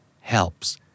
helps